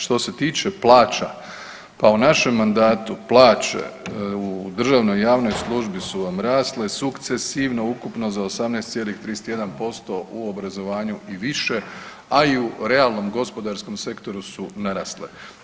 Što se tiče plaća, pa u našem mandatu plaće u državnoj i javnoj službi rasle sukcesivno ukupno za 18,31%, u obrazovanju i više, a i u realnom gospodarskom sektoru su narasle.